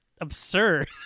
absurd